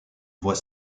voit